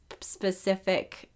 specific